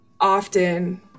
often